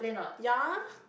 ya